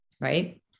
right